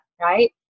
right